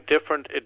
different